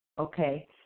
okay